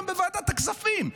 היום בוועדת הכספים.